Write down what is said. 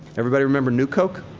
everybody remember new coke?